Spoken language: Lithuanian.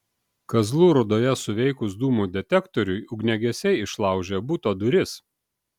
kazlų rūdoje suveikus dūmų detektoriui ugniagesiai išlaužė buto duris